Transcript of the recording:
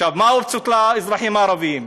מה רוצים האזרחים הערבים?